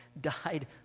died